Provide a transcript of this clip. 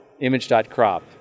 image.crop